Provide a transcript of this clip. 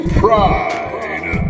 pride